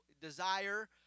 desire